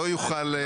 לא יוכל.